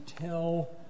tell